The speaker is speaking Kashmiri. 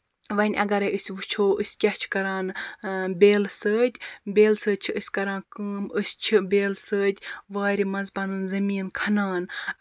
وۅنۍ اَگرے أسۍ وُچھو أسۍ کیٛاہ چھِ کران بیٛلہٕ سۭتۍ بیٛلہٕ سۭتۍ چھِ أسۍ کران کٲم أسۍ چھِ بیٛلہٕ سۭتۍ وارِ منٛز پَنُن زٔمیٖن کھنان